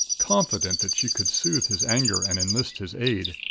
confident that she could soothe his anger and enlist his aid.